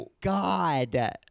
god